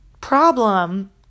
problem